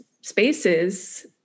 spaces